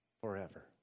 forever